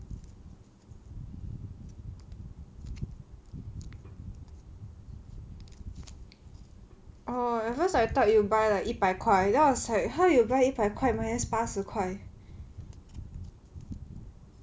oh at first I thought you buy like 一百块 then I was like how you buy 一百块 minus 八十块